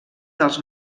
dels